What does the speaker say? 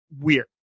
weird